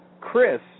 Chris